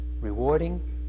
rewarding